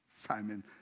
Simon